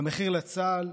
המחיר לצה"ל,